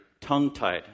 tongue-tied